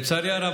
לצערי הרב,